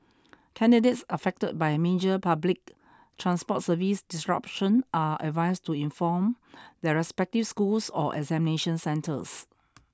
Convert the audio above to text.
candidates affected by major public transport service disruption are advised to inform their respective schools or examination centres